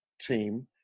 team